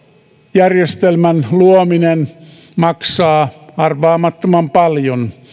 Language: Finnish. järjestelmän luominen maksaa arvaamattoman paljon